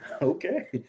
Okay